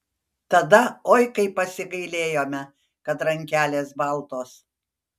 tada oi kaip pasigailėjome kad rankelės baltos